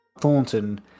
thornton